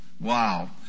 Wow